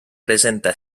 presenta